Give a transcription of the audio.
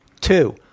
two